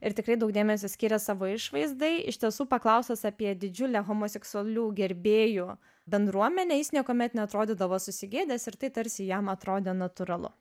ir tikrai daug dėmesio skiria savo išvaizdai iš tiesų paklaustas apie didžiulę homoseksualių gerbėjų bendruomenę jis niekuomet neatrodydavo susigėdęs ir tai tarsi jam atrodė natūralu